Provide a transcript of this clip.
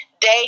day